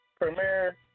premiere